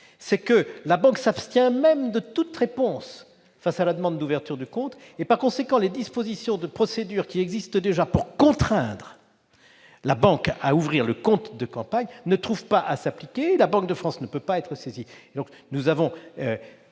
est que la banque s'abstient de toute réponse à réception de la demande d'ouverture du compte. Dès lors, les dispositions qui permettent déjà de contraindre la banque à ouvrir le compte de campagne ne trouvent pas à s'appliquer, car la Banque de France ne peut pas être saisie.